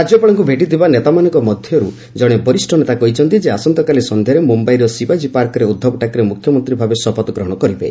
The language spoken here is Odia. ରାଜ୍ୟପାଳଙ୍କୁ ଭେଟିଥିବା ନେତାମାନଙ୍କ ମଧ୍ୟରୁ ଜଣେ ବରିଷ୍ଣ ନେତା କହିଛନ୍ତି ଆସନ୍ତାକାଲି ସନ୍ଧ୍ୟାରେ ମୁମ୍ୟାଇର ଶିବାଜୀ ପାର୍କରେ ଉଦ୍ଧବ ଠାକ୍ରେ ମୁଖ୍ୟମନ୍ତ୍ରୀ ଭାରେବ ଶପଥ ଗ୍ରହଣ କରିବେ